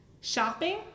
Shopping